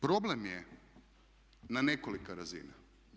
Problem je na nekoliko razina.